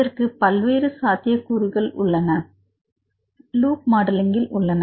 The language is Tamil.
இதற்கு பல்வேறு சாத்தியக்கூறுகள் லூப் மாடலிங்கில் உள்ளன